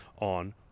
on